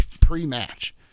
pre-match